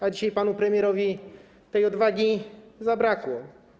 A dzisiaj panu premierowi tej odwagi zabrakło.